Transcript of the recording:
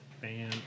fan